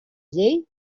llei